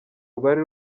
rwari